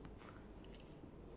uh ya that's that's